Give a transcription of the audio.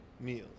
meal